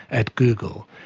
at google.